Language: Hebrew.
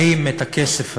האם את הכסף הזה,